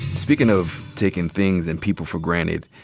speakin' of taking things and people for granted.